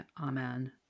Amen